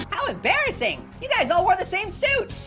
how embarrassing. you guys all wore the same suit.